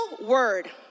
word